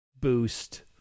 boost